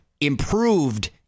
improved